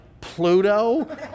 Pluto